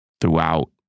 throughout